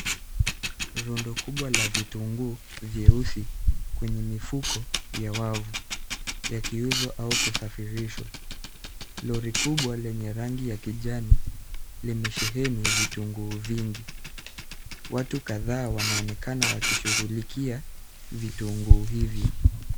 Rondo kubwa la vitungu vyeusi kwenye mifuko vya wavu, ya kiuzwa au kusafirishwa, lori kubwa lenye rangi ya kijani, limesheheni vitungu vingi, watu kadhaa wanaonekana wakishughulikia vitungo hivyo.